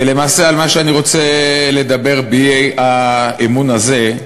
ולמעשה, מה שאני רוצה לדבר באי-אמון הזה,